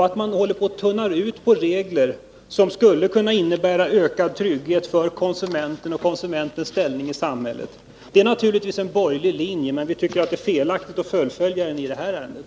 Att man tunnar ut regler som skulle kunna innebära ökad trygghet för konsumenten och konsumentens ställning i samhället är naturligtvis en borgerlig linje, men vi tycker det är felaktigt att fullfölja den i det här ärendet.